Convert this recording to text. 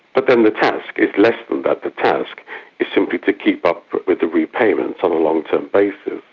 but then the task is less than that. the task is simply to keep up with the repayments on a long term basis.